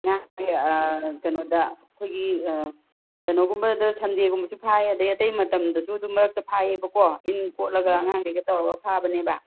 ꯉꯥꯁꯦ ꯀꯩꯅꯣꯗ ꯑꯩꯈꯣꯏꯒꯤ ꯀꯩꯅꯣꯒꯨꯝꯕꯗ ꯁꯟꯗꯦꯒꯨꯝꯕꯁꯨ ꯐꯥꯏ ꯑꯗꯨꯗꯩ ꯑꯇꯩ ꯃꯇꯝꯗꯁꯨ ꯑꯗꯨꯝ ꯃꯔꯛꯇ ꯐꯥꯏꯑꯦꯕ ꯀꯣ ꯏꯟ ꯀꯣꯠꯂꯒ ꯑꯉꯥꯡꯈꯩꯒ ꯇꯧꯔꯒ ꯐꯥꯕꯅꯦꯕ